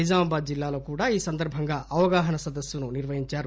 నిజామాబాద్ జిల్లాలో కూడా ఈ సందర్బంగా అవగాహన సదస్సును నిర్వహించారు